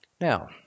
now